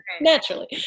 naturally